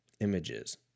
Images